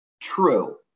true